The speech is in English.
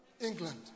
England